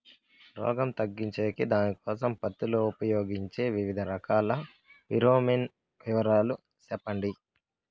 రోగం తగ్గించేకి దానికోసం పత్తి లో ఉపయోగించే వివిధ రకాల ఫిరోమిన్ వివరాలు సెప్పండి